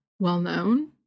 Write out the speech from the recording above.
Well-known